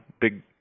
big